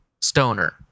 stoner